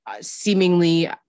seemingly